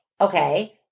Okay